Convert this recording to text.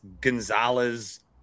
Gonzalez